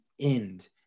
end